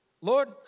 Lord